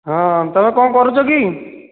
ହଁ ତମେ କ'ଣ କରୁଛ କି